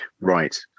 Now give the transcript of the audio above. Right